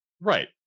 Right